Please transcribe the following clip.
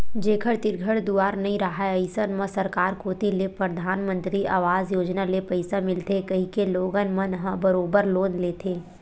जेखर तीर घर दुवार नइ राहय अइसन म सरकार कोती ले परधानमंतरी अवास योजना ले पइसा मिलथे कहिके लोगन मन ह बरोबर लोन लेथे